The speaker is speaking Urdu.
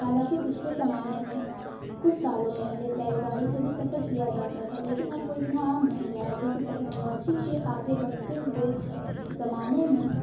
حالانکہ پچھلے زمانہ میں کچھ سالوں پہلے بیل گاڑی سے بھی سفر کیا جاتا تھا لیکن اب وہ اتنا عام نہیں رہا ہے کیونکہ ٹیکنالوجی کے آگے بڑھتے ہوئے زمانے میں